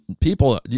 people